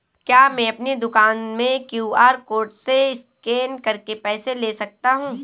क्या मैं अपनी दुकान में क्यू.आर कोड से स्कैन करके पैसे ले सकता हूँ?